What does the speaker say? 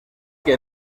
que